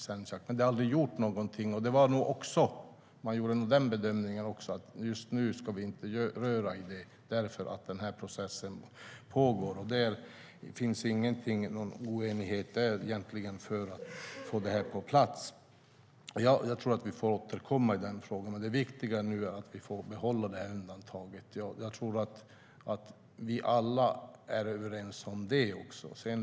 Men det har aldrig gjorts någonting, och man gjorde nog bedömningen att just nu ska vi inte röra i det eftersom processen pågår. Det finns egentligen ingen oenighet där för att få detta på plats. Jag tror att vi får återkomma i frågan. Det viktiga är nu att vi får behålla det här undantaget. Jag tror att vi alla är överens om det.